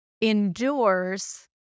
endures